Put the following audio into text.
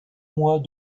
mois